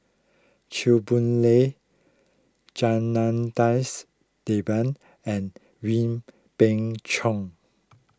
Chew Boon Lay Janadas Devan and Wee Beng Chong